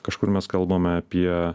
kažkur mes kalbame apie